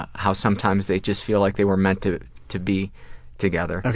ah how sometimes they just feel like they were meant to to be together.